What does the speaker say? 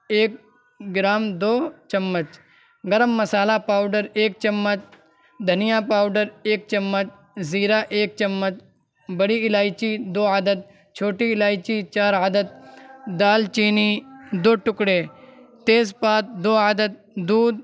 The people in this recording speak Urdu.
ایک گرام دو چمچ گرم مصالحہ پاؤڈر ایک چمچ دھنیا پاؤڈر ایک چمچ زیرہ ایک چمچ بڑی الائچی دو عدد چھوٹی الائچی چار عدد دال چینی دو ٹکڑے تیز پات دو عدد دودھ